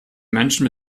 menschen